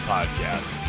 Podcast